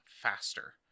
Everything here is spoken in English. faster